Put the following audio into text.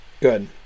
good